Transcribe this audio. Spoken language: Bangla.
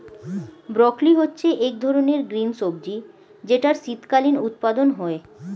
ব্রকোলি হচ্ছে এক ধরনের গ্রিন সবজি যেটার শীতকালীন উৎপাদন হয়ে